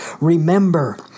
remember